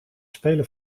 spelen